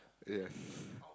yes